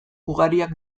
ugariak